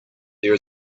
there